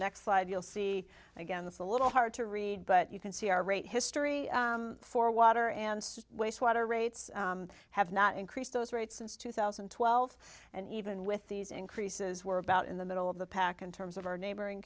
next slide you'll see again that's a little hard to read but you can see our rate history for water and wastewater rates have not increased those rates since two thousand and twelve and even with these increases were about in the middle of the pack in terms of our neighboring